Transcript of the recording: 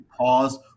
pause